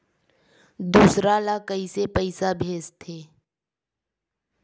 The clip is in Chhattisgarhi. दूसरा ला कइसे पईसा भेजथे?